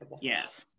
yes